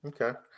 Okay